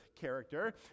character